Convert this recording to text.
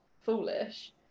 foolish